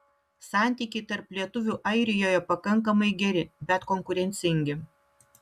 santykiai tarp lietuvių airijoje pakankamai geri bet konkurencingi